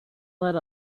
let